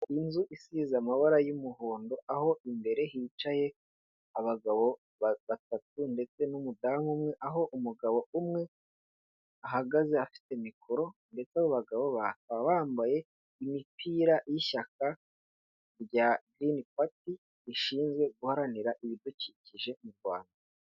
Inzu isize amabara y'umuhondo, aho imbere hicaye abagabo batatu ndetse n'umudamu umwe, aho umugabo umwe ahagaze, afite mikoro ndetse abo bagabo bakaba bambaye imipira y'ishyaka rya Girini pati, rishinzwe guharanira ibidukikije mu Rwanda.